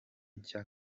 nshya